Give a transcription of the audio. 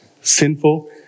sinful